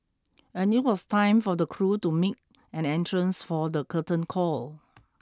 and it was time for the crew to make an entrance for the curtain call